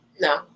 No